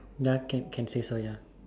ya can can say so ya